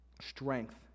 strength